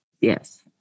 Yes